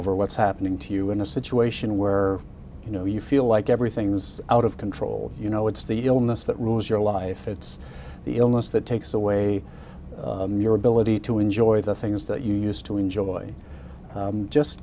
over what's happening to you in a situation where you know you feel like everything's out of control you know it's the illness that rules your life it's the illness that takes away your ability to enjoy the things that you used to enjoy just